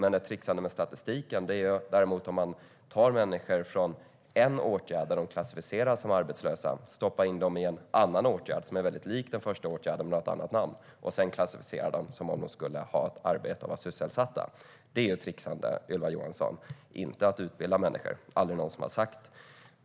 Ett trixande med statistiken är det däremot om man tar människor från en åtgärd där de klassificeras som arbetslösa och stoppar in dem i en annan åtgärd som är väldigt lik den första åtgärden men har ett annat namn och sedan klassificerar dem som om de skulle ha ett arbete och vara sysselsatta. Det är ett trixande, Ylva Johansson, inte att utbilda människor - det är det aldrig någon som har sagt.